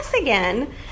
again